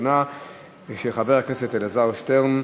של חבר הכנסת אלעזר שטרן,